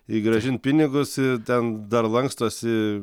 i grąžint pinigus i ten dar lankstosi